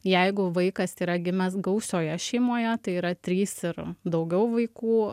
jeigu vaikas yra gimęs gausioje šeimoje tai yra trys ir daugiau vaikų